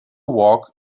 walk